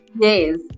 Yes